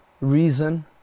reason